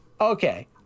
Okay